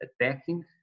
attacking